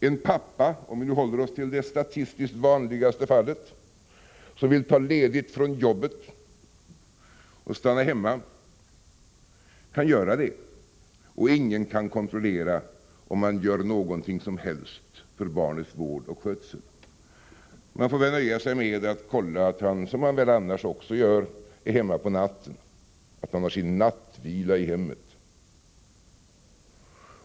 En pappa — om vi nu håller oss till det statistiskt vanligaste fallet — som vill ta ledigt från jobbet och stanna hemma, kan göra det, och ingen kan kontrollera om han gör något som helst för barnets vård och skötsel. Man får väl nöja sig med att kontrollera — som man väl också annars gör — att han är hemma på natten, har sin nattvila i hemmet.